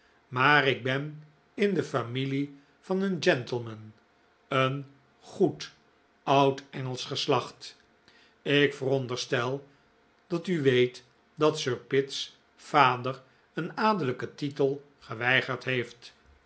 maar ik ben in de familie van een gentleman een goed oud engelsch geslacht ik veronderstel dat u weet dat sir pitt's vader een adellijken titel geweigerd heeft